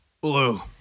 Blue